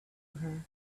her